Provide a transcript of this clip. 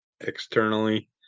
externally